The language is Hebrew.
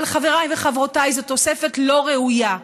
אבל, חבריי וחברותיי, זו תוספת לא ראויה,